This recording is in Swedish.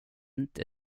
inte